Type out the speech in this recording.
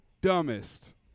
dumbest